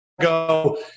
go